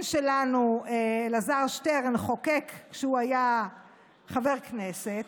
שלנו אלעזר שטרן חוקק כשהוא היה חבר כנסת.